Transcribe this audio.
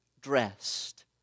dressed